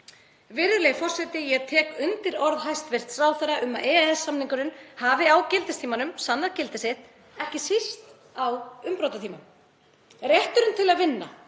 Virðulegi forseti. Ég tek undir orð hæstv. ráðherra um að EES-samningurinn hafi á gildistímanum sannað gildi sitt, ekki síst á umbrotatímum. Rétturinn til að vinna,